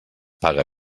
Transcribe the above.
paga